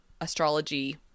astrology